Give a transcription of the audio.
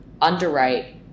underwrite